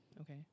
Okay